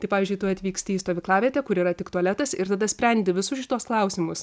tai pavyzdžiui tu atvyksti į stovyklavietę kur yra tik tualetas ir tada sprendi visus šituos klausimus